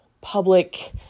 public